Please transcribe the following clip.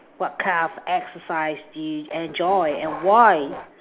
what kind of exercise do you enjoy and why